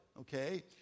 okay